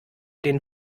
den